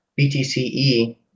BTCE